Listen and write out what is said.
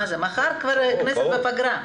מחר הכנסת כבר תהיה בפגרה.